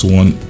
one